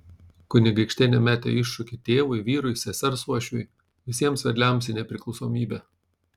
kunigaikštienė metė iššūkį tėvui vyrui sesers uošviui visiems vedliams į nepriklausomybę